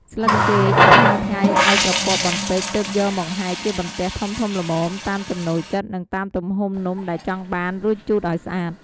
ស្លឹកចេក ដាក់ហាលថ្ងៃឱ្យស្រពាប់បន្តិច ទើបយកមកហែកជាបន្ទះធំៗល្មមតាមចំណូលចិត្ត និងតាមទំហំនំដែលចង់បាន រួចជូតឱ្យស្អាត។